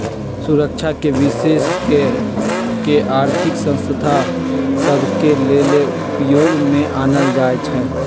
सुरक्षाके विशेष कऽ के आर्थिक संस्था सभ के लेले उपयोग में आनल जाइ छइ